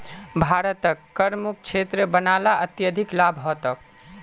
भारतक करमुक्त क्षेत्र बना ल अत्यधिक लाभ ह तोक